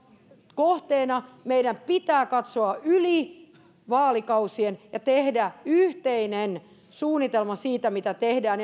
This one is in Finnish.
kohteena meidän pitää katsoa yli vaalikausien ja tehdä yhteinen suunnitelma siitä mitä tehdään